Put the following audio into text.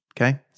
Okay